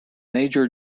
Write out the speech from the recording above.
major